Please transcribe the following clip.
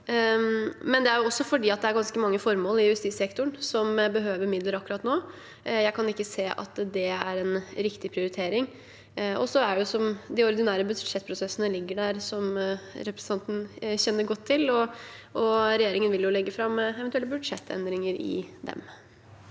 Men det er også fordi det er ganske mange formål i justissektoren som behøver midler akkurat nå, og jeg kan ikke se at det er en riktig prioritering. De ordinære budsjettprosessene ligger der, som representanten kjenner godt til, og regjeringen vil legge fram eventuelle budsjettendringer i dem.